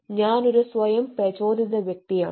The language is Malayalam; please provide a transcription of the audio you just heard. ഞാൻ ഒരു സ്വയം പ്രചോദിത വ്യക്തിയാണ്